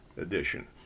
edition